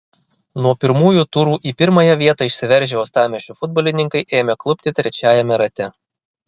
nuo pirmųjų turų į pirmąją vietą išsiveržę uostamiesčio futbolininkai ėmė klupti trečiajame rate